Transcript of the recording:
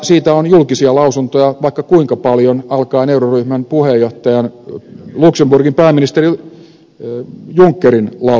siitä on julkisia lausuntoja vaikka kuinka paljon alkaen euroryhmän puheenjohtajan luxemburgin pääministeri junckerin lausunnosta